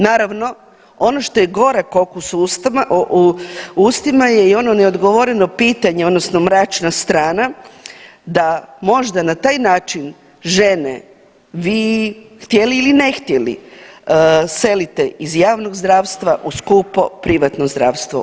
Naravno ono što je gorak okus u ustima je i ono neodgovoreno pitanje, odnosno mračna strana da možda na taj način žene, vi htjeli ili ne htjeli selite iz javnog zdravstva u skupo privatno zdravstvo.